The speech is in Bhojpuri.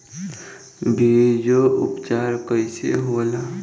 बीजो उपचार कईसे होला?